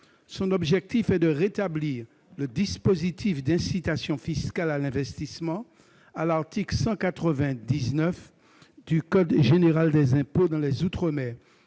Son objectif est de rétablir le dispositif d'incitation fiscale à l'investissement à l'article 199 C du code général des impôts pour les outre-mer,